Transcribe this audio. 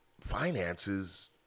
finances